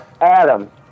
Adam